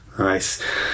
Nice